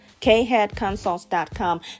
kheadconsults.com